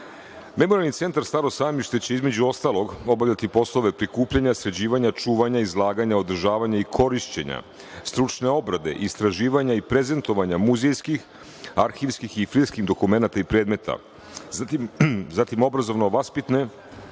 centar "Staro sajmište" će, između ostalog, obavljati poslove prikupljanja, sređivanja, čuvanja, izlaganja, održavanja i korišćenja, stručne obrade, istraživanja i prezentovanja muzejskih, arhivskih i filmskih dokumenata i predmeta. Zatim, obrazovno-vaspitne